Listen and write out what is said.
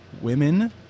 women